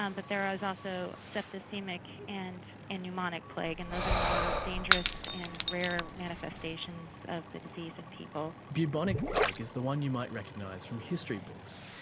um but there is also septicaemic and and pneumonic plague, and those are more dangerous and rarer manifestations of the disease in people. bubonic plague is the one you might recognise from history books.